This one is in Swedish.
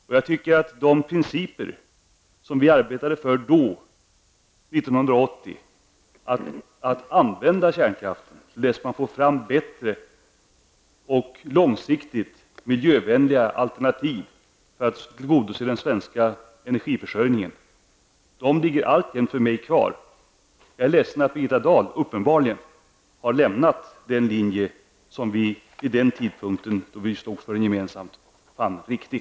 Och jag tycker att de principer som vi arbetade för 1980, dvs. att man skulle använda kärnkraften till dess man får fram bättre och långsiktigt miljövänligare alternativ för att tillgodose den svenska energiförsörjningen, gäller alltjämt för mig. Jag är ledsen att Birgitta Dahl uppenbarligen har lämnat den linje som vi vid den tidpunkten, då vi gemensamt slogs för den, fann riktig.